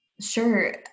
Sure